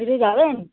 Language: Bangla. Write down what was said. যদি যাবেন